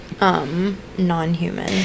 Non-human